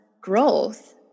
growth